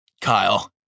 Kyle